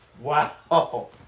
Wow